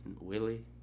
Willie